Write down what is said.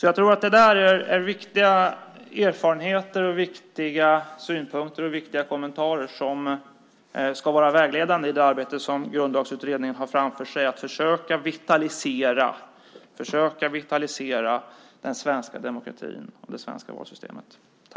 Jag tror att dessa erfarenheter, synpunkter och kommentarer är viktiga, och de ska vara vägledande i det arbete som Grundlagsutredningen har framför sig vad gäller att försöka vitalisera den svenska demokratin och det svenska valsystemet.